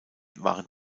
waren